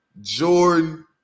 Jordan